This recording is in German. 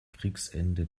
kriegsende